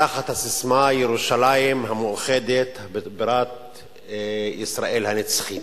תחת הססמה "ירושלים המאוחדת בירת ישראל הנצחית".